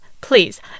Please